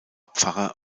pfarrer